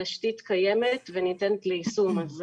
התשתית קיימת וניתנת ליישום.